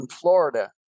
Florida